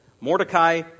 Mordecai